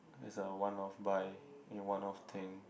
is a one off buy in one off thing